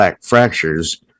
fractures